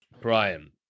Brian